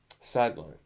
sideline